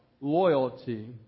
loyalty